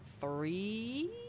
three